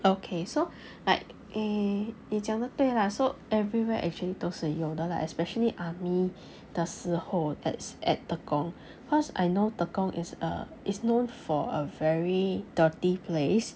okay so like eh 你讲的对 lah so everywhere actually 都是有的 lah especially army 的时候 as at tekong cause I know tekong is err is known for a very dirty place